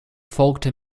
folgte